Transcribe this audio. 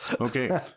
Okay